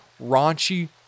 raunchy